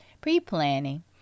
pre-planning